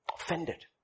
Offended